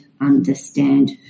understand